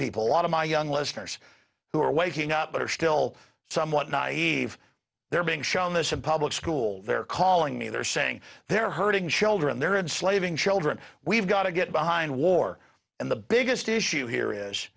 lot of my young listeners who are waking up but are still somewhat naive they're being shown this a public school they're calling me they're saying they're hurting children they're in slaving children we've got to get behind war and the biggest issue here is